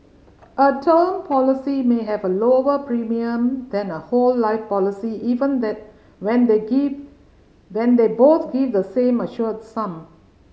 a term policy may have a lower premium than a whole life policy even then when they give when they both give the same assured sum